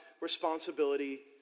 responsibility